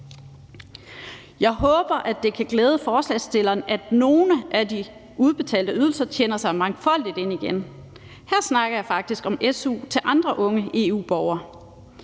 Jeg håber, at det kan glæde forslagsstillerne, at nogle af de udbetalte ydelser tjener sig mangefold ind igen. Her snakker jeg faktisk om su til andre unge EU-borgere.